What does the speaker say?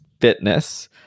fitness